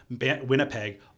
Winnipeg